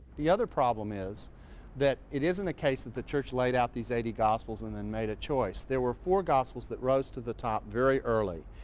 the other problem is that it isn't a case. that the church laid out these eighty gospels and then made a choice. there were four gospels that rose to the top very early.